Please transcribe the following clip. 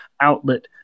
outlet